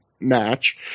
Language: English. match